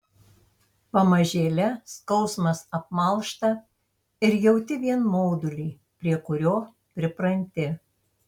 pamažėle skausmas apmalšta ir jauti vien maudulį prie kurio pripranti